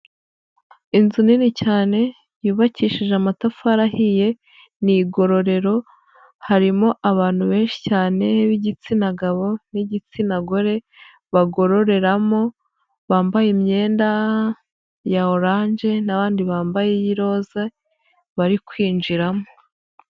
Inzu nini cyane yubakishije amatafari ahiye ni igororero harimo abantu benshi cyane b'igitsina gabo n'igitsina gore bagororeramo bambaye imyenda ya oranje n'abandi bambaye iyiroza bari kwinjiramo.